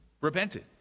Repented